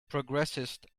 progressist